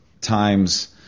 times